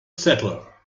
settler